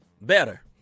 better